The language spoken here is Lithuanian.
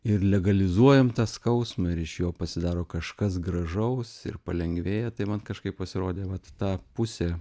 ir legalizuojam tą skausmą ir iš jo pasidaro kažkas gražaus ir palengvėja tai man kažkaip pasirodė vat ta pusė